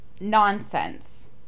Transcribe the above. nonsense